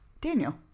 Daniel